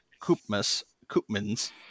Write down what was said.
Koopmans